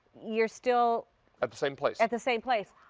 you're still at the same place. at the same place.